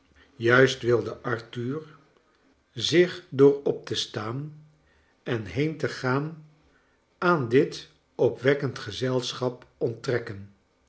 juist wilde arthur zich door op te staan en heen te gaan aan dit opwekkend gezelschap onttrekken